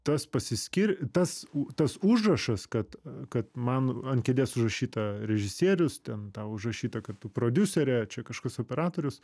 tas pasiskir tas tas užrašas kad kad man ant kėdės užrašyta režisierius ten tau užrašyta kad tu prodiuserė čia kažkas operatorius